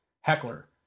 Heckler